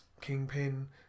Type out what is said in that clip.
kingpin